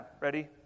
Ready